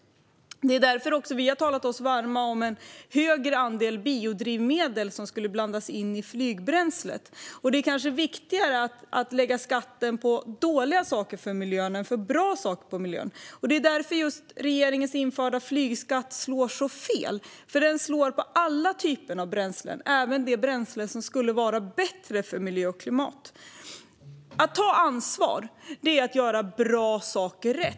Det är därför vi har talat oss varma för att man ska blanda in en större andel biodrivmedel i flygbränslet. Det är viktigare att ha en skatt på saker som är dåliga för miljön än på saker som är bra för miljön. Det är just därför regeringens införda flygskatt slår så fel. Den slår på alla typer av bränslen, även de bränslen som skulle vara bättre för miljö och klimat. Att ta ansvar är att göra bra saker rätt.